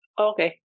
Okay